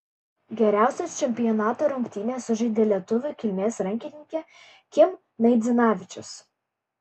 geriausias čempionato rungtynes sužaidė lietuvių kilmės rankininkė kim naidzinavičius